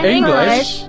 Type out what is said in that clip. English